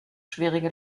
schwierige